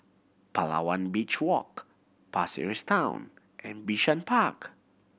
Palawan Beach Walk Pasir Ris Town and Bishan Park